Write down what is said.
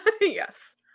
yes